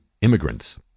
immigrants